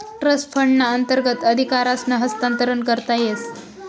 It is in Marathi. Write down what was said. ट्रस्ट फंडना अंतर्गत अधिकारसनं हस्तांतरण करता येस